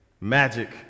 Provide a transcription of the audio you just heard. magic